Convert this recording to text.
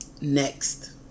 next